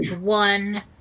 one